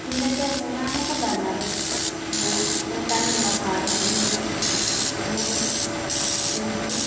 പിന്നത്തെ മൂന്നാമത്തെ ബർണ്ണർ ഞാൻ കൂട്ടാനുള്ള സാധനങ്ങളും വച്ച് അങ്ങനെ എനിക്ക്